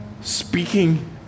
speaking